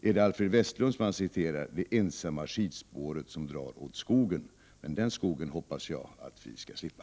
Är det A:lfr-d V:stl-nd som citeras — det ensamma skidspåret som drar åt skogen? Den skogen hoppas jag att vi skall slippa.